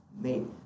made